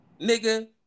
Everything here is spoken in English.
nigga